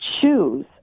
choose